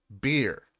beer